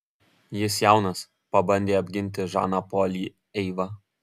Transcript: jis jaunas pabandė apginti žaną polį eiva